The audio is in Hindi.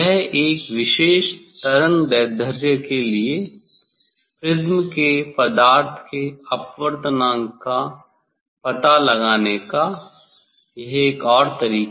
एक विशेष तरंगदैर्ध्य के लिए प्रिज़्म के पदार्थ के अपवर्तनांक का पता लगाने का यह एक और तरीका है